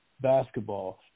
basketball